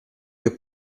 che